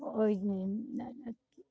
ওই কী